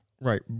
Right